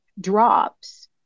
drops